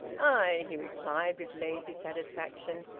aye! he replied, with lazy satisfaction.